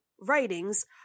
writings